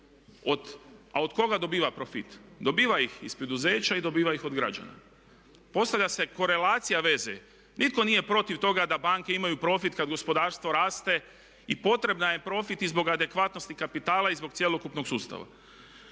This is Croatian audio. A od koga dobiva profit? Dobiva ih iz poduzeća i dobiva ih od građana. Postavlja se korelacija veze, nitko nije protiv toga da banke imaju profit kada gospodarstvo raste i potrebna je profit i zbog adekvatnosti kapitala i zbog cjelokupnog sustava.